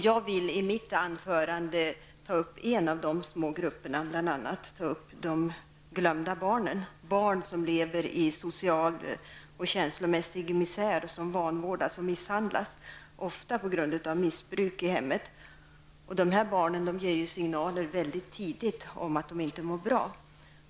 Jag vill i mitt anförande ta upp en av dessa små grupper, de glömda barnen, barn som lever i social och känslomässig misär, som vanvårdas och misshandlas, ofta på grund av missbruk i hemmet. Dessa barn ger mycket tidigt signaler om att de inte mår bra.